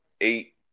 eight